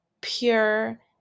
pure